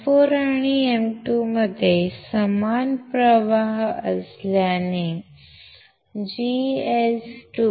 M4 आणि M2 मध्ये समान प्रवाह असल्याने VGS2VGS4